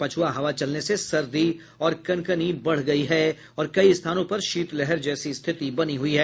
पछुआ हवा चलने से सर्दी और कनकनी बढ़ गयी है और कई स्थानों पर शीतलहर जैसी स्थिति बनी हुई है